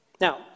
Now